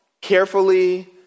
carefully